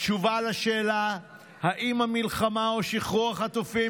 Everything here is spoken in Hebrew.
התשובה על השאלה אם המלחמה או שחרור החטופים